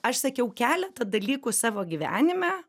aš sakiau keletą dalykų savo gyvenime